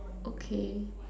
okay